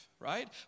Right